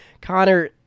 connor